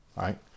right